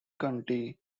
county